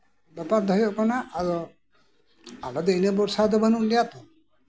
ᱵᱮᱯᱟᱨ ᱫᱚ ᱦᱩᱭᱩᱜ ᱠᱟᱱᱟ ᱟᱨ ᱟᱞᱮ ᱫᱚ ᱤᱱᱟᱹ ᱵᱷᱚᱨᱥᱟ ᱛᱚ ᱵᱟᱹᱱᱩᱜ ᱞᱮᱭᱟ ᱛᱚ